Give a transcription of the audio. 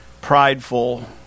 prideful